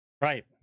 Right